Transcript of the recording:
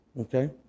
Okay